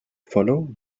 follow